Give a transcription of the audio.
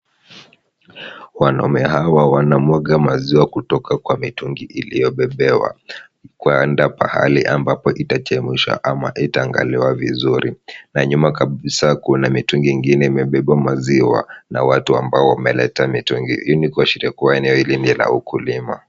Wanaume hawa wanamwaga maziwa kutoka kwa mitungi iliyobebewa kuenda pahali ambapo itachemshwa ama itaangaliwa vizuri na nyuma kabisa kuna mitungi ingine imebeba maziwa na watu ambao wameleta mitungi hili ni kuashiria eneo hili ni la ukulima.